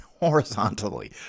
horizontally